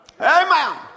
Amen